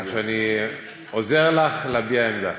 כך שאני עוזר לך להביע עמדה.